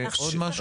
עוד משהו?